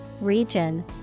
region